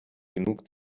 genug